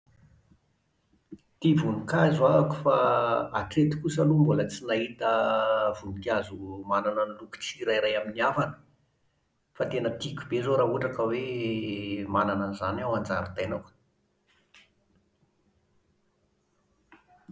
Tia voninkazo aho fa hatreto kosa aloha mbola tsy nahita voninkazo manana ny loko tsirairay amin'ny avana. Fa tena tiako be izao raha ohatra ka hoe manana an'izany aho ao an-jaridainako.